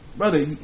Brother